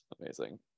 amazing